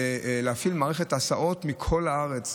להפעיל מערכת הסעות מכל הארץ.